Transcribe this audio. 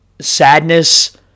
sadness